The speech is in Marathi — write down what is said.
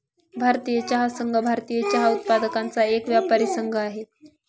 भारतीय चहा संघ, भारतीय चहा उत्पादकांचा एक व्यापारी संघ आहे